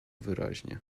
wyraźnie